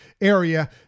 area